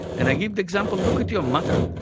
and i give the example, look at your mother.